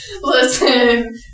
Listen